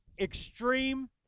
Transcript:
extreme